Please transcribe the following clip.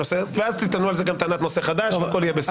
ואז תטענו על זה גם טענת נושא חדש והכול יהיה בסדר.